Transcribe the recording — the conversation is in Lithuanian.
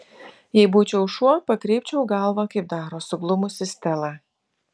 jei būčiau šuo pakreipčiau galvą kaip daro suglumusi stela